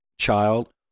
child